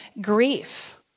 grief